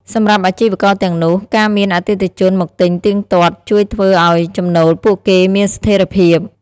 សម្រាប់អាជីវករទាំងនោះ ការមានអតិថិជនមកទិញទៀងទាត់ ជួយធ្វើឱ្យចំណូលពួកគេមានស្ថេរភាព។